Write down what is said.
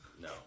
No